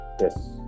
Yes